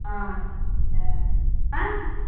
अच्छा हाँ